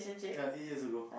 ya eight years ago